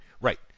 Right